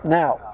now